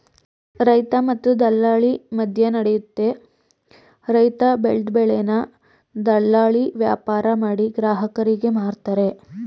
ರೈತ ಮತ್ತೆ ದಲ್ಲಾಳಿ ಮದ್ಯನಡಿಯುತ್ತೆ ರೈತ ಬೆಲ್ದ್ ಬೆಳೆನ ದಲ್ಲಾಳಿ ವ್ಯಾಪಾರಮಾಡಿ ಗ್ರಾಹಕರಿಗೆ ಮಾರ್ತರೆ